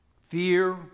fear